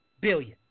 billion